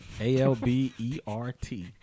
A-L-B-E-R-T